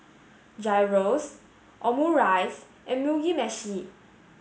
Gyros Omurice and Mugi meshi